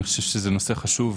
אני חושב שזהו נושא חשוב.